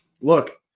look